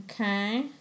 Okay